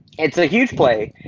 it's a huge play.